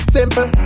Simple